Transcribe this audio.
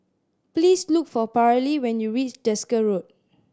please look for Paralee when you reach Desker Road